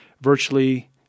Virtually